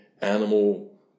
animal